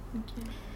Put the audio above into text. okay